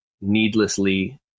needlessly